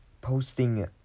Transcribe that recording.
Posting